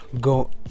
go